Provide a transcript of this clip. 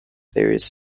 various